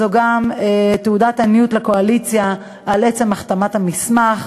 גם לקואליציה על עצם החתמת המסמך.